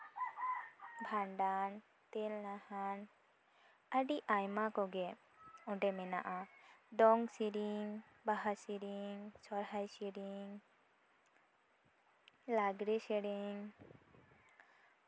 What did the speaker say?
ᱵᱷᱟᱸᱰᱟᱱ ᱛᱮᱞ ᱱᱟᱦᱟᱱ ᱟᱹᱰᱤ ᱟᱭᱢᱟ ᱠᱚᱜᱮ ᱚᱸᱰᱮ ᱢᱮᱱᱟᱜᱼᱟ ᱫᱚᱝ ᱥᱮᱨᱮᱧ ᱵᱟᱦᱟ ᱥᱮᱨᱮᱧ ᱥᱚᱦᱨᱟᱭ ᱥᱮᱨᱮᱧ ᱞᱟᱜᱽᱲᱮ ᱥᱮᱨᱮᱧ